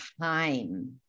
time